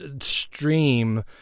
stream